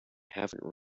haven’t